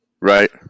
Right